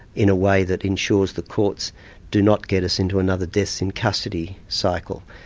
in a way that ensures the courts do not get us into another deaths in custody cycle.